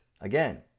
Again